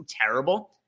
terrible